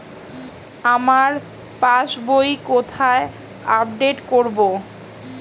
আমার পাস বই কোথায় আপডেট করব?